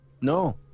No